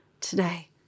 today